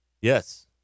Yes